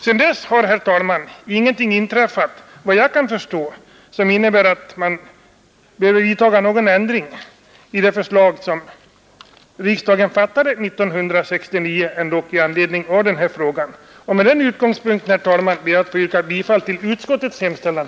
Sedan dess har, herr talman, såvitt jag kan förstå ingenting inträffat som innebär att man behöver vidta någon ändring i det beslut som riksdagen fattade 1969 i anledning av denna fråga. Med den utgångspunkten, herr talman, ber jag att få yrka bifall till utskottets hemställan.